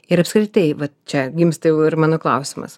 ir apskritai va čia gimsta jau ir mano klausimas